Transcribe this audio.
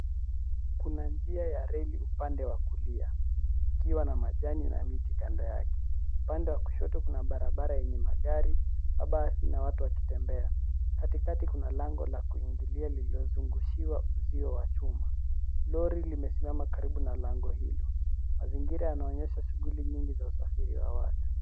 Kuna njia ya reli upande wa kulia kukiwa na majani na miti kando yake upande wa kushoto kuna barabara yenye magari, mabasi na watu wakitembea katikati kuna lango la kuingilia lililozungushiwa uzio wa chuma lori limesimama karibu na lango hilo mazingira yanaonyesha shughuli za usafiri wa watu.